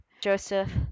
Joseph